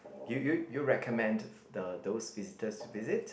you you you recommend the those visitors to visit